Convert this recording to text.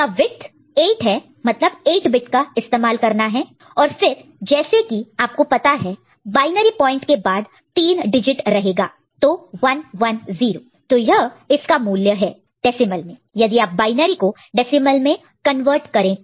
इसका वीडत 8 है मतलब 8 बिट का इस्तेमाल करना है और फिर जैसे कि आपको पता है बायनरी पॉइंट के बाद 3 डिजिट रहेगा तो 110 तो यह इसका मूल्य है डेसिमल में यदि आप बायनरी को डेसिमल में कन्वर्ट करें तो